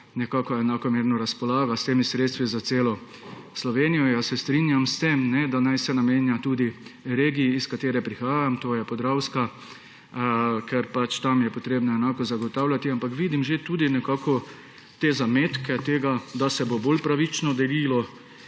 naj se enakomerno razpolaga s temi sredstvi za celo Slovenijo. Jaz se strinjam s tem, da naj se namenja tudi regiji, iz katere prihajam, to je Podravska, ker je tam potrebno enako zagotavljati. Ampak že vidim tudi zametke tega, da se bo bolj pravično delilo.